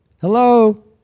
Hello